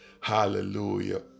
hallelujah